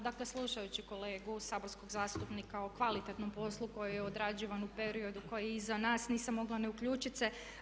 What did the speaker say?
Dakle, slušajući kolegu saborskog zastupnika o kvalitetnom poslu koji je odrađivan u periodu koji je iza nas nisam mogla ne uključit se.